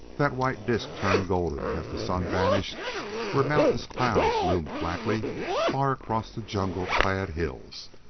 that white disk turned golden as the sun vanished where mountainous clouds loomed blackly far across the jungle-clad hills.